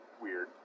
weird